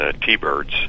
T-Birds